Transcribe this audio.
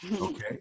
Okay